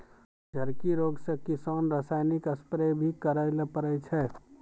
झड़की रोग से किसान रासायनिक स्प्रेय भी करै ले पड़ै छै